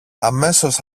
αμέσως